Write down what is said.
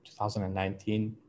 2019